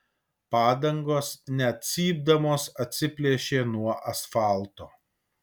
padangos net cypdamos atsiplėšė nuo asfalto